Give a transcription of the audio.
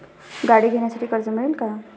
गाडी घेण्यासाठी कर्ज मिळेल का?